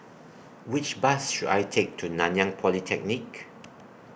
Which Bus should I Take to Nanyang Polytechnic